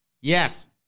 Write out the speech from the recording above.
Yes